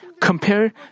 compare